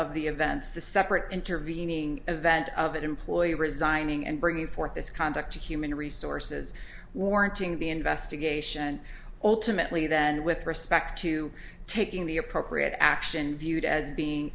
of the events the separate intervening event of an employee resigning and bringing forth this conduct a human resources warranting the investigation and ultimately then with respect to taking the appropriate action viewed as being